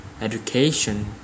education